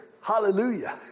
Hallelujah